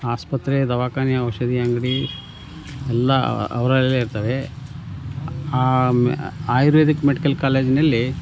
ಆಸ್ಪತ್ರೆ ದವಾಖಾನೆ ಔಷಧಿ ಅಂಗಡಿ ಎಲ್ಲ ಅವರಲ್ಲಿಯೇ ಇರ್ತವೆ ಆಯುರ್ವೇದಿಕ್ ಮೆಡಿಕಲ್ ಕಾಲೇಜಿನಲ್ಲಿ